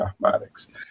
mathematics